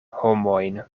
homojn